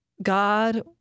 God